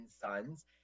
Sons